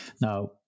now